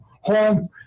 home